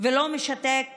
ולא משתק